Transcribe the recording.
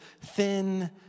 thin